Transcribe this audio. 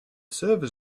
servers